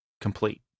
complete